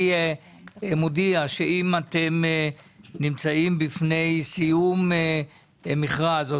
אני מודיע שאם אתם נמצאים בפני סיום מכרז או